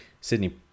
Sydney